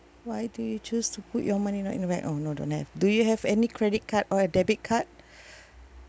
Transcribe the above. why do you choose to put your money right in the bank oh no don't have do you have any credit card or have debit card